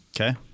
Okay